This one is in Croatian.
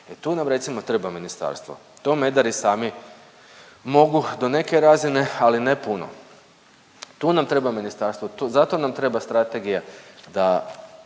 tu nam recimo treba ministarstvo. To medari sami mogu do neke razine ali ne puno. Tu nam treba ministarstvo, zato nam treba strategija da